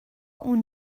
اون